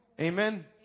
Amen